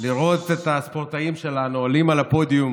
לראות את הספורטאים שלנו עולים על הפודיום